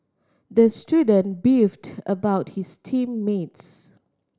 the student beefed about his team mates